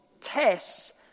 tests